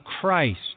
Christ